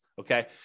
okay